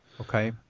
Okay